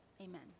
amen